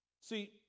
See